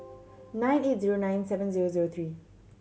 nine eight zero nine seven zero zero three